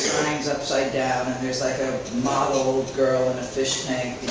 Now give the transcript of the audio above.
sign's upside down and there's like a model girl in a fish tank,